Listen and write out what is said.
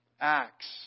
Acts